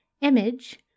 image